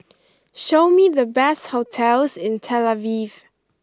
show me the best hotels in Tel Aviv